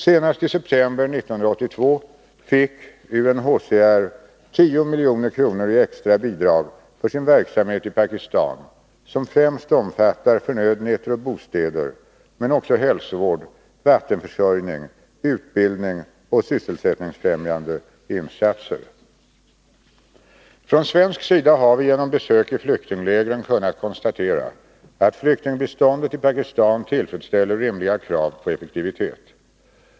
Senast i september 1982 fick UNHCR 10 milj.kr. i extra bidrag för sin verksamhet i Pakistan, som främst omfattar förnödenheter och bostäder men också hälsovård, vattenförsörjning, utbildning och sysselsättningsfrämjande insatser. Från svensk sida har vi genom besök i flyktinglägren kunnat konstatera att flyktingbiståndet i Pakistan tillfredsställer rimliga krav på effektivitet.